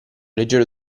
leggero